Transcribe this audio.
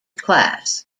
class